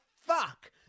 fuck